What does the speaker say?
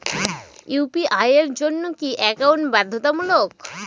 UPI এর জন্য কি একাউন্ট বাধ্যতামূলক?